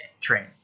train